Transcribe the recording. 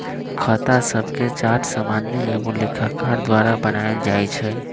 खता शभके चार्ट सामान्य एगो लेखाकार द्वारा बनायल जाइ छइ